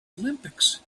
olympics